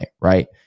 right